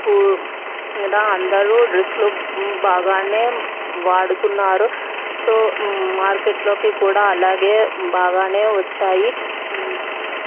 కూడా అందరూ డ్రస్లు బాగానే వాడుతున్నారు సో మార్కెట్లోకి కూడా అలాగే బాగానే వచ్చాయి